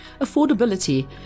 affordability